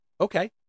okay